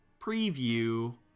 preview